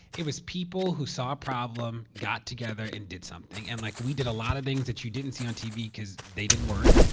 it was people who saw a problem, got together, and did something. and like, we did a lot of things that you didn't see on tv because they didn't work.